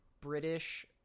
british